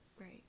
Right